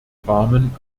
rahmen